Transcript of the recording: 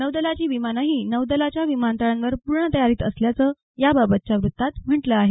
नौदलाची विमानंही नौदलाच्या विमानतळांवर पूर्ण तयारीत असल्याचं याबाबतच्या वृत्तात म्हटलं आहे